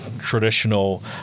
traditional